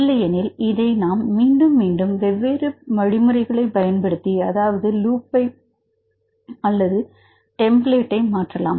இல்லையெனில் இதை நாம் மீண்டும் மீண்டும் வெவ்வேறு வழிமுறைகளை பயன் படுத்தி அதாவது லூப்பை அல்லது டெம்ப்ளேட்டை மாற்றலாம்